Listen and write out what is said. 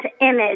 image